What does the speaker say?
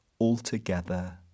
altogether